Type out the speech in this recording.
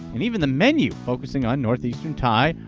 and even the menu, focusing on northeastern thai,